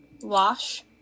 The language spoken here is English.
Wash